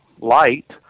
light